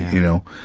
you know?